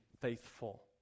faithful